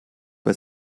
bei